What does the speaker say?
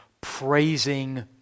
praising